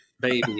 baby